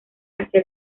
hacia